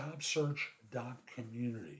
jobsearch.community